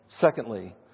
Secondly